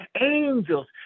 Angels